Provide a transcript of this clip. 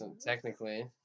Technically